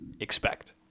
expect